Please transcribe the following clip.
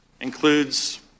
includes